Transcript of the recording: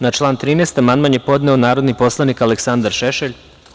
Na član 13. amandman je podneo narodni poslanik Aleksandar Šešelj.